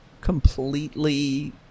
completely